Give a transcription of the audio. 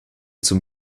zum